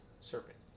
serpent